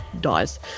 dies